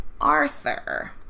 Arthur